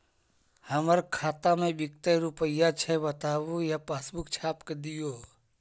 हमर खाता में विकतै रूपया छै बताबू या पासबुक छाप दियो?